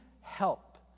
help